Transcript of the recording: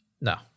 No